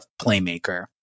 playmaker